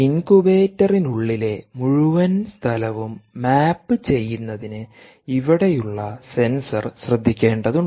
ഇൻകുബേറ്ററിനുള്ളിലെ മുഴുവൻ സ്ഥലവും മാപ്പുചെയ്യുന്നതിന് ഇവിടെയുള്ള സെൻസർ ശ്രദ്ധിക്കേണ്ടതുണ്ട്